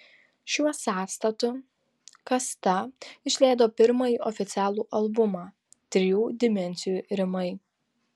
šiuo sąstatu kasta išleido pirmąjį oficialų albumą trijų dimensijų rimai